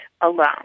alone